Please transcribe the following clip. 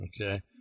Okay